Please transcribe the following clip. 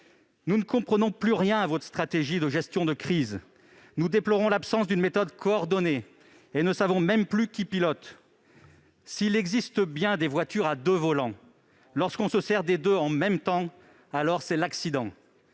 Nous ne comprenons plus rien à votre stratégie de gestion de crise. Nous déplorons l'absence d'une méthode coordonnée. Nous ne savons même plus qui pilote. S'il existe bien des voitures à deux volants, lorsque l'on se sert des deux en même temps, c'est l'accident